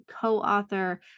co-author